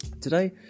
Today